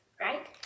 Right